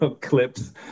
clips